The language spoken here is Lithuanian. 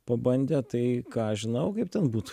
pabandę tai ką aš žinau kaip ten būtų